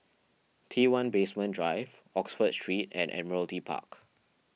T one Basement Drive Oxford Street and Admiralty Park